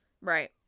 Right